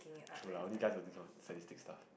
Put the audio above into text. true lah only guys will do this kind of sadistic stuff